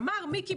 אמר מיקי,